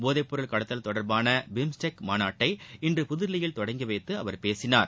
போதைப்பொருள் கடத்தல் தொடர்பான பிம்ஸ்டெக் மாநாட்டை இன்று புதுதில்லியில் தொடங்கி வைத்து அவர் பேசினார்